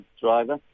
driver